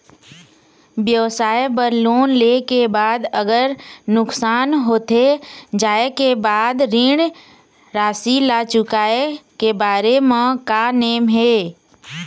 व्यवसाय बर लोन ले के बाद अगर नुकसान होथे जाय के बाद ऋण राशि ला चुकाए के बारे म का नेम हे?